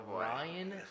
Ryan